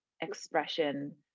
expression